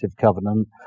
covenant